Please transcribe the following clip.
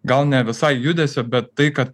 gal ne visai judesio bet tai kad